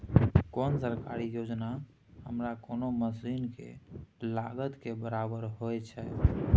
कोन सरकारी योजना हमरा कोनो मसीन के लागत के बराबर होय छै?